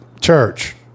church